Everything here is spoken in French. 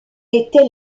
était